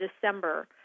December